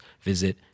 visit